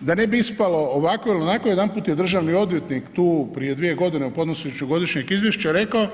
Da ne bi ispalo ovako ili onako jedanput je državni odvjetnik tu, prije dvije godine u podnošenju godišnjeg izvješća rekao